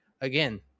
again